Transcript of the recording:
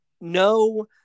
no